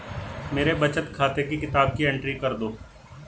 मेरे बचत खाते की किताब की एंट्री कर दो?